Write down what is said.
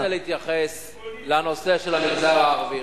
אני רוצה להתייחס לנושא של המגזר הערבי.